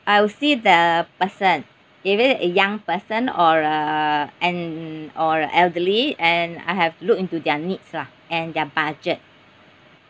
I will see the person if it a young person or a an or a elderly and I have to look into their needs lah and their budget